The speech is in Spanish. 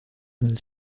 del